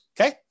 okay